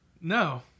No